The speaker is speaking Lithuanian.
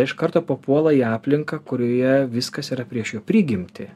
iš karto papuola į aplinką kurioje viskas yra prieš jų prigimtį